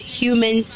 human